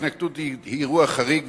ההתנתקות היא אירוע חריג,